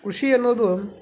ಕೃಷಿ ಅನ್ನೋದು